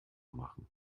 machen